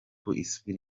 isubira